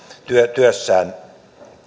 työssään